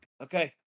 Okay